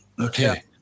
Okay